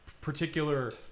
particular